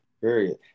Period